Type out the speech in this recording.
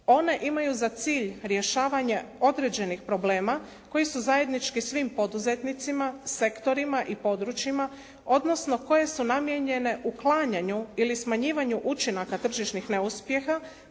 One imaju za cilj rješavanje određenih problema koji su zajednički svim poduzetnicima, sektorima i područjima odnosno koje su namijenjene uklanjanju ili smanjivanju učinaka tržišnih neuspjeha,